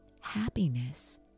Happiness